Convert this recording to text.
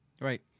right